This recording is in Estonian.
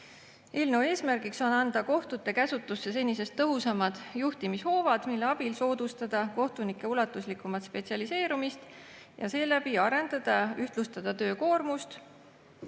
Eelnõu eesmärk on anda kohtute käsutusse senisest tõhusamad juhtimishoovad, mille abil saab soodustada kohtunike ulatuslikumat spetsialiseerumist ja seeläbi ühtlustada töökoormust,